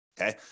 okay